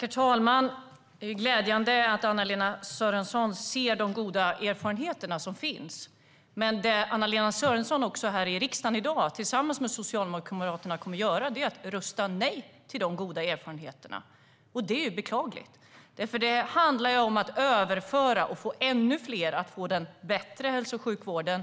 Herr talman! Det är glädjande att Anna-Lena Sörenson ser de goda erfarenheter som finns. Men i dag kommer Anna-Lena Sörenson, tillsammans med Socialdemokraterna, att rösta nej i riksdagen till de goda erfarenheterna. Det är beklagligt. Det handlar om att överföra erfarenheter så att ännu fler kan få den bättre hälso och sjukvården.